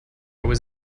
was